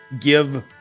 give